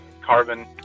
carbon